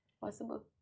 Possible